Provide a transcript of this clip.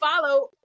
follow